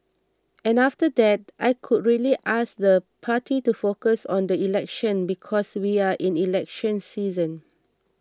and after that I could really ask the party to focus on the election because we are in election season